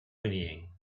whinnying